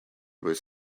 with